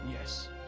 Yes